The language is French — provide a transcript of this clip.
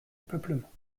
peuplement